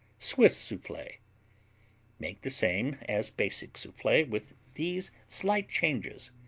swiss souffle make the same as basic souffle, with these slight changes